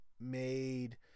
made